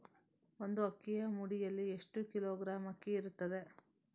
ಒಂದು ಅಕ್ಕಿಯ ಮುಡಿಯಲ್ಲಿ ಎಷ್ಟು ಕಿಲೋಗ್ರಾಂ ಅಕ್ಕಿ ಇರ್ತದೆ?